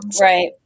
Right